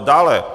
Dále.